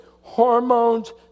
hormones